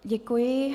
Děkuji.